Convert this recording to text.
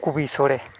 ᱠᱚᱯᱤ ᱥᱚᱲᱮ